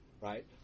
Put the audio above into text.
right